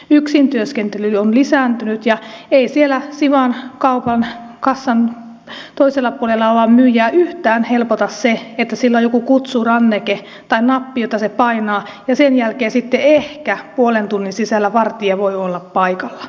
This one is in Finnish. yksin työskentely on lisääntynyt ja ei siellä siwan kaupan kassan toisella puolella olevaa myyjää yhtään helpota se että hänellä on joku kutsuranneke tai nappi jota hän painaa ja sen jälkeen sitten ehkä puolen tunnin sisällä vartija voi olla paikalla